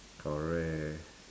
correct